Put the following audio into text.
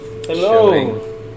Hello